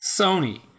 Sony